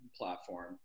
platform